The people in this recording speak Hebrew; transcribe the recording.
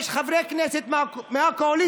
יש חברי כנסת מהקואליציה,